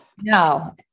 No